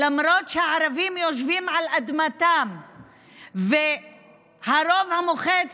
למרות שהערבים יושבים על אדמתם והרוב המוחץ